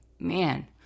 Man